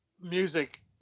music